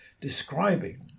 describing